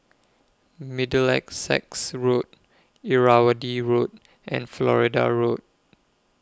Middlesex Road Irrawaddy Road and Florida Road